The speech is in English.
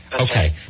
Okay